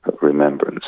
remembrance